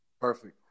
Perfect